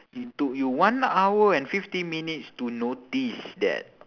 it took you one hour and fifty minutes to notice that